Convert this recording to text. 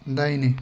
दाहिने